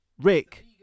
Rick